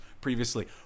previously